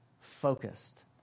focused